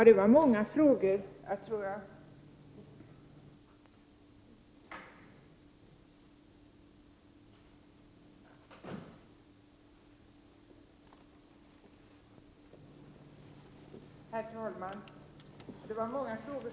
Herr talman! Agne Hansson ställde många frågor.